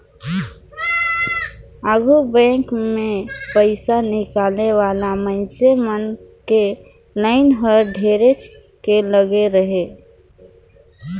आघु बेंक मे पइसा निकाले वाला मइनसे मन के लाइन हर ढेरेच के लगे रहें